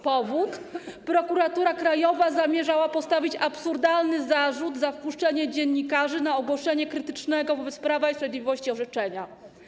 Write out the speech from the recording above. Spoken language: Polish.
Powód: Prokuratura Krajowa zamierzała postawić absurdalny zarzut za wpuszczenie dziennikarzy na ogłoszenie krytycznego wobec Prawa i Sprawiedliwości orzeczenia.